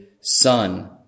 son